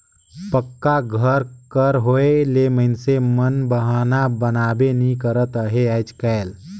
पक्का घर कर होए ले मइनसे मन बहना बनाबे नी करत अहे आएज काएल